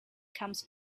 comes